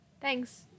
Thanks